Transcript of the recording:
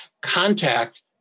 contact